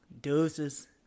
Deuces